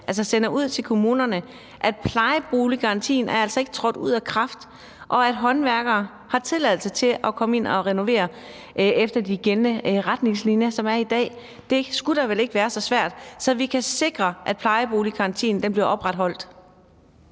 altså sender besked ud til kommunerne om, at plejeboliggarantien altså ikke er trådt ud af kraft, og at håndværkere har tilladelse til at komme ind og renovere efter de gældende retningslinjer, som der er i dag – det skulle da vel ikke være så svært – så vi kan sikre, at plejeboliggarantien bliver opretholdt.